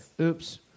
Oops